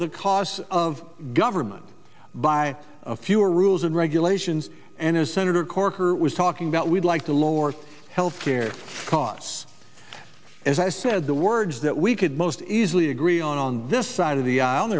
the cost of government by fewer rules and regulations and as senator corker was talking about we'd like to lower health care costs as i said the words that we could most easily agree on on this side of the aisl